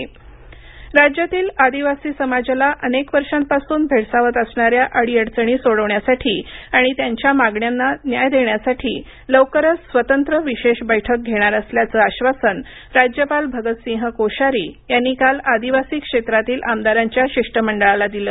राज्यपाल आदिवासी राज्यातील आदिवासी समाजाला अनेक वर्षांपासून भेडसावत असणाऱ्या अडीअडचणी सोडविण्यासाठी आणि त्यांच्या मागण्यांना न्याय देण्यासाठी लवकरच स्वतंत्र विशेष बैठक घेणार असल्याचं आश्वासन राज्यपाल भगत सिंह कोश्यारी यांनी काल आदिवासी क्षेत्रातील आमदारांच्या शिष्टमंडळाला दिलं